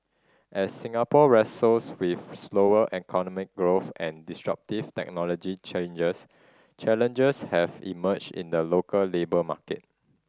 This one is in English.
as Singapore wrestles with slower economic growth and disruptive technology changes challenges have emerged in the local labour market